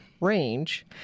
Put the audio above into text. range